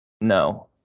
No